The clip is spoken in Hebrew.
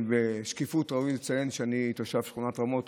לשקיפות ראוי לציין שאני תושב שכונת רמות,